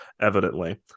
evidently